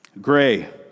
Gray